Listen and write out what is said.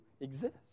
exist